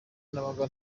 nabaga